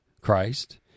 Christ